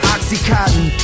Oxycontin